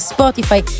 Spotify